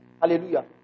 Hallelujah